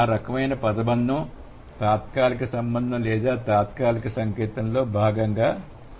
ఆ రకమైన పదబంధం తాత్కాలిక సంబంధం లేదా తాత్కాలిక సంకేతంలో భాగంగా ఉంటుంది